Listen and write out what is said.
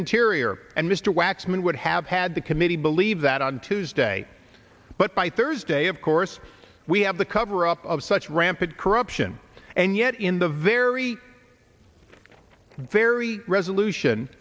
interior and mr waxman would have had the committee believe that on tuesday but by thursday of course we have the cover up of such rampant corruption and yet in the very very resolution